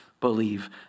believe